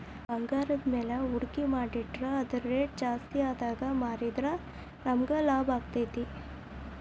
ಭಂಗಾರದ್ಮ್ಯಾಲೆ ಹೂಡ್ಕಿ ಮಾಡಿಟ್ರ ಅದರ್ ರೆಟ್ ಜಾಸ್ತಿಆದಾಗ್ ಮಾರಿದ್ರ ನಮಗ್ ಲಾಭಾಕ್ತೇತಿ